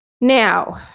Now